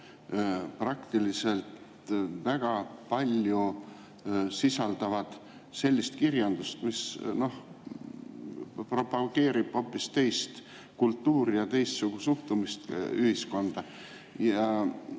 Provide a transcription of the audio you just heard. raamatukogud väga palju sisaldavad sellist kirjandust, mis propageerib hoopis teist kultuuri ja teistsugust suhtumist ühiskonda. Ja